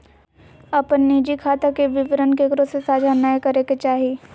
अपन निजी खाता के विवरण केकरो से साझा नय करे के चाही